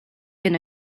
been